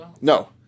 No